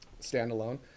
standalone